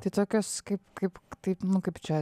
tai tokius kaip kaip taip nu kaip čia